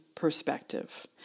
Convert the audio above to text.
Perspective